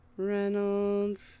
Reynolds